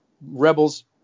Rebels